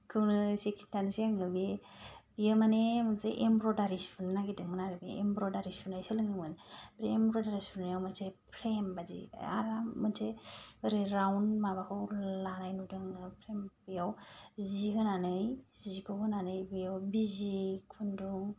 खौनो इसे खिथानोसै आं बे बियो माने मोनसे एमब्रयदारि सुनो नागिरदोंमोन आरो बे एमब्रयदारि सुनाय सोलोङोमोन बे एमब्रयदारि सुनायाव मोनसे फ्रेम बादि आराम मोनसे ओरै राउन्द माबाखौ लानाय नुदों फ्रेम बेयाव जि होनानै जिखौ होनानै बेयाव बिजि खुन्दुं